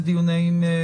נהדר.